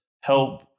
help